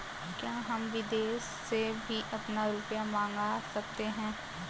क्या हम विदेश से भी अपना रुपया मंगा सकते हैं?